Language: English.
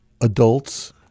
adults